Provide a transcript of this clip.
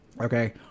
okay